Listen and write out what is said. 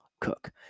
cook